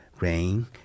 rain